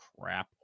Crap